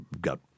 got